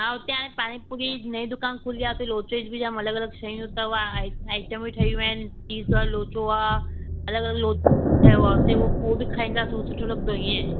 हा उते हाणे पानीपुरी जी नईं दुकान खुली आ उते लोचे जी जाम बि अलॻि अलॻि शयूं तव आइटमूं ठही वयूं आइन सीस आ लोचो आ अलॻि अलॻि लो ठहियो आ उते उहो बि खाईंदासूं उहो सुठो लॻदो इएं